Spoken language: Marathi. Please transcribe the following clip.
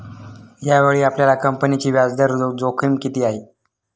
यावेळी आपल्या कंपनीची व्याजदर जोखीम किती आहे?